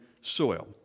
soil